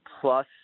Plus